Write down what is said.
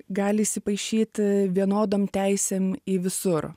gali įsipaišyti vienodom teisėm į visur